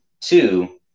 two